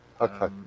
okay